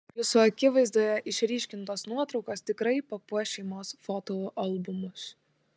jūsų akivaizdoje išryškintos nuotraukos tikrai papuoš šeimos fotoalbumus